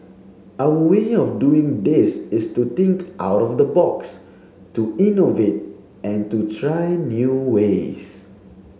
our way of doing this is to think out of the box to innovate and to try new ways